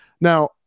now